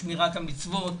שמירת המצוות,